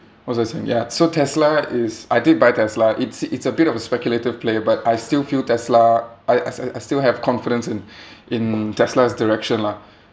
what was I saying ya so tesla is I did buy tesla it's it's a bit of a speculative player but I still feel tesla I I I still have confidence in in tesla's direction lah